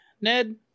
ned